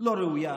לא ראויה